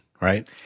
right